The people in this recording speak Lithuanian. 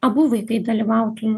abu vaikai dalyvautų